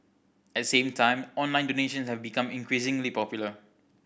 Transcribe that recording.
at the same time online donations have become increasingly popular